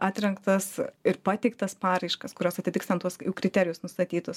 atrinktas ir pateiktas paraiškas kurios atitiks ten tuos kriterijus nustatytus